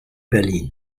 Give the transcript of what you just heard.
berlin